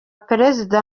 perezida